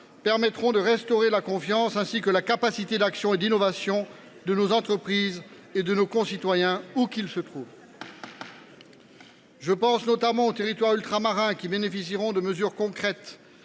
permettront de restaurer la confiance ainsi que la capacité d’action et d’innovation de nos entreprises et de nos concitoyens, où qu’ils se trouvent. Je pense notamment aux territoires ultramarins, qui bénéficieront de mesures concrètes,